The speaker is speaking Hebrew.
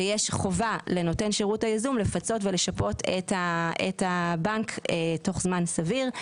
שיש חובה לנותן שירות הייזום לפצות ולשפות את הבנק תוך זמן סביר.